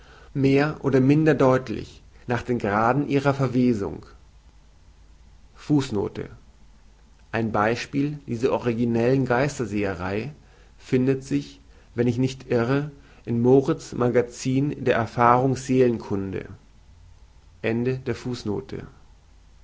mehr oder minder deutlich nach den graden ihrer verwesungein beispiel dieser originellen geisterseherei findet sich wenn ich nicht irre in moritz magazin der erfahrungsseelenkunde